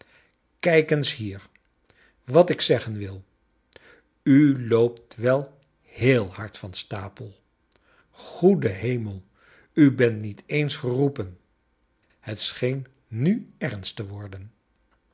kijk eens hier wat ik zeggen wil u loopt wel wat heel hard van stapel goede hemel u bent niet eens geroepen het scheen nu ernst te worden